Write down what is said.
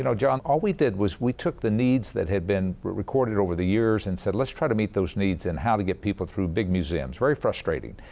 and john, all we did was we took the needs that had been recorded over the years and said, let's try to meet those needs, and how to get people through big museums very frustrating.